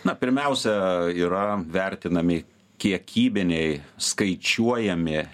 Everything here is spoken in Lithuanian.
na pirmiausia yra vertinami kiekybiniai skaičiuojami